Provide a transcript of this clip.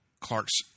Clark's